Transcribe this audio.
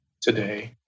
today